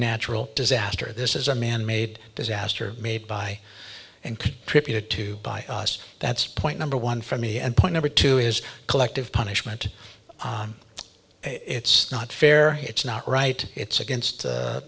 natural disaster this is a manmade disaster made by and repeated to by that's point number one for me and point number two is collective punishment it's not fair it's not right it's against